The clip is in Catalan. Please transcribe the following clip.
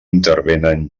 intervenen